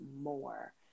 more